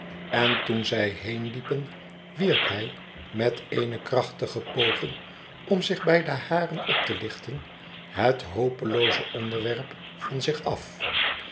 en toen zij heenliepen wiep hij met eene krachtige poging om zich bij de haren op te lichten het hopelooze onderwerp van zich af